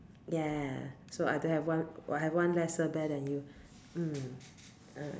yeah so I don't have one I have one lesser bear than you mm alright